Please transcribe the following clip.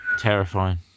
Terrifying